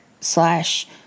slash